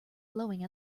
blowing